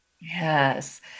Yes